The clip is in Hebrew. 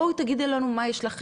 בואו תגידו לנו מה,